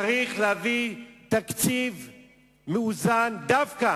צריך להביא תקציב מאוזן, דווקא